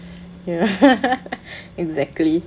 ya exactly